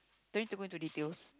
don't need to go into details